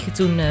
toen